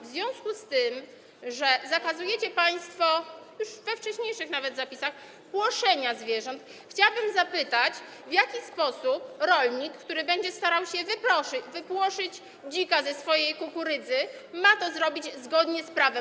W związku z tym, że zakazujecie państwo, już nawet we wcześniejszych zapisach, płoszenia zwierząt, chciałabym zapytać, w jaki sposób rolnik, który będzie starał się wypłoszyć dzika ze swojej kukurydzy, ma to zrobić zgodnie z prawem.